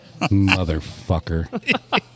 Motherfucker